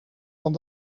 van